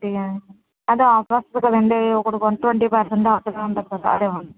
అవునా అదే ఆఫర్ వస్తుంది కదండీ ఒకటి కొంటే ట్వంటీ పెర్సెంట్ ఆఫర్ అని ఉంటుంది కదా అది ఇవ్వండి